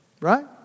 Right